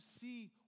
see